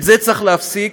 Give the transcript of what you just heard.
את זה צריך להפסיק.